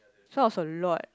so I was a lot